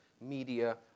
media